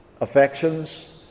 affections